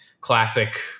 classic